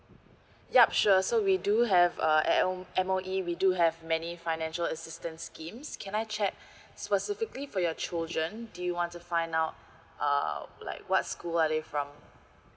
yup sure so we do have uh M_O_E we do have many financial assistance schemes can I check specifically for your children do you want to find out uh like what school are they from